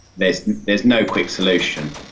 there's there's no quick solution,